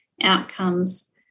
outcomes